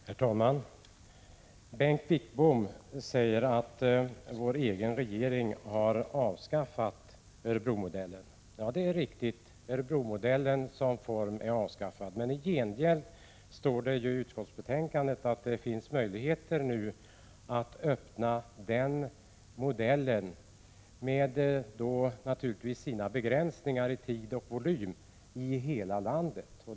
Herr talman! Bengt Wittbom sade att vår egen regering hade avskaffat Örebromodellen. Ja, det är riktigt. Örebromodellen som arbetsform är avskaffad, men i gengäld står det i utskottets betänkande att det nu finns möjligheter att följa den modellen — givetvis med begränsningar i tid och volym — i hela landet.